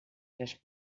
tres